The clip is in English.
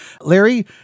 Larry